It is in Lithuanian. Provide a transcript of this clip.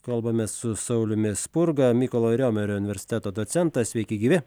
kalbamės su sauliumi spurga mykolo riomerio universiteto docentas sveiki gyvi